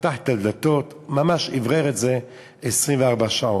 פתח את הדלתות, ממש אוורר את זה 24 שעות.